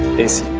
this